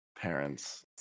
parents